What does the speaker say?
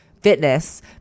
fitness